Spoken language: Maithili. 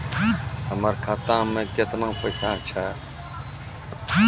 हमर खाता मैं केतना पैसा छह?